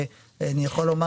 ואני יכול לומר